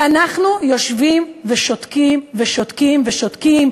ואנחנו יושבים ושותקים ושותקים ושותקים,